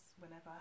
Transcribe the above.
whenever